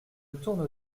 tourne